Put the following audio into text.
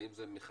האם זה מכרז,